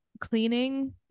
cleaning